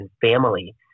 family